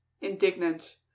indignant